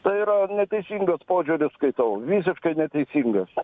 tai yra neteisingas požiūris skaitau visiškai neteisingas